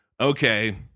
okay